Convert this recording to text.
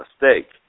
mistake